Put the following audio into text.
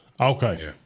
okay